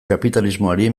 kapitalismoari